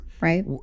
right